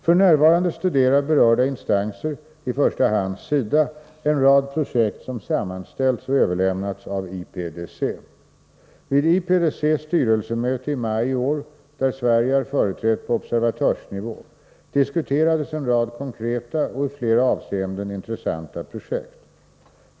F.n. studerar berörda instanser — i första hand SIDA — en rad projekt som sammanställts och överlämnats av IPDC. Vid IPDC:s styrelsemöte i maj i år — där Sverige är företrätt på observatörsnivå — diskuterades en rad konkreta och i flera avseenden intressanta projekt.